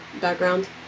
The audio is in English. background